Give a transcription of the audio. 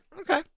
Okay